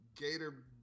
Gator